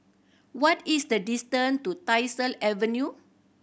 what is the distance to Tyersall Avenue